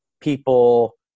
people